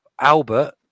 Albert